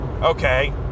okay